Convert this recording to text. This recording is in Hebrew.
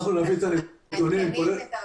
אנחנו מעדכנים את הרשימה.